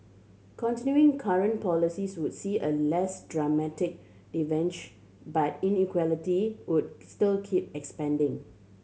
continuing current policies would see a less dramatic divergence but inequality would still keep expanding